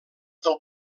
del